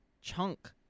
chunk